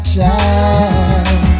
time